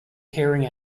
tearing